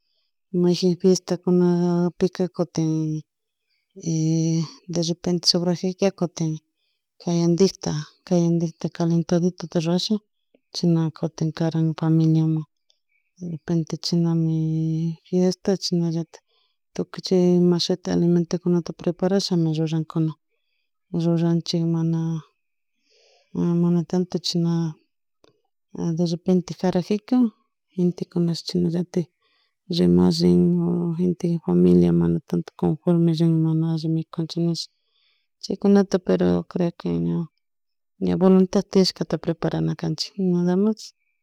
Mayjin fiestakunapi cuktin derrepente sobrakjika kutin kayandikta kayndikta calentadito rasha chayna kutin karan familiamun derepente chasnami fiesta chasnallatak tukuy chay imashuti alimento kuna praparashami rrurankuna rruranchik mana mana tanto chasna derrepente carajika gentekuna chasnallatak remash rin o gentekuna mana tanto conforme rin mana alli mikunchik nish chaykunata pero creo ña voluntad tiashkata prerana canchik nada mas